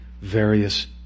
various